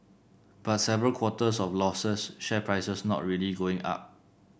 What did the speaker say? but several quarters of losses share prices not really going up